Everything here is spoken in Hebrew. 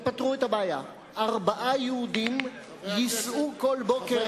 ופתרו את הבעיה: ארבעה יהודים יישאו כל בוקר את השמש,